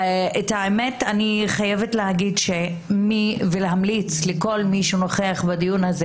אני חייבת להמליץ לכל מי שנוכח בדיון הזה